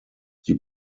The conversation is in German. sie